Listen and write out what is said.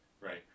Right